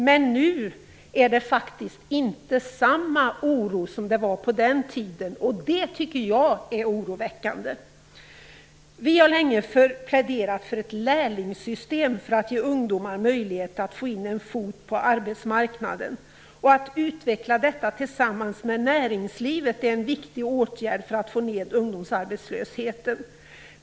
Men nu är det inte samma oro som det var på den tiden, och det tycker jag är oroväckande. Vi kristdemokrater har länge pläderat för ett lärlingssystem för att ge ungdomar möjlighet att få in en fot på arbetsmarknaden. Att utveckla detta tillsammans med näringslivet är en viktig åtgärd för att få ned ungdomsarbetslösheten.